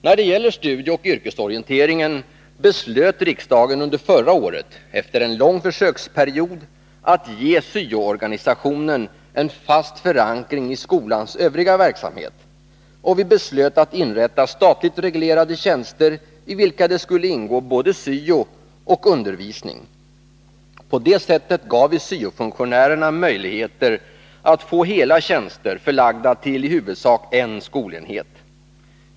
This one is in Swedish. När det gäller studieoch yrkesorienteringen beslöt riksdagen under förra året, efter en lång försöksperiod, att ge syo-organisationen en fast förankring i skolans övriga verksamhet. Och vi beslöt att inrätta statligt reglerade tjänster, i vilka det skulle ingå både syo och undervisning. På det sättet gav vi syo-funktionärerna möjligheter att få hela tjänster förlagda till i huvudsak en skolenhet.